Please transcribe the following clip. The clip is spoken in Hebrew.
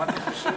מה אתה חושב?